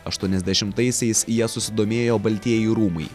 aštuoniasdešimtaisiais ja susidomėjo baltieji rūmai